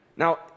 Now